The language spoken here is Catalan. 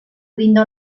brinda